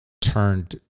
turned